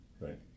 right